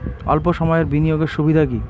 অল্প সময়ের বিনিয়োগ এর সুবিধা কি?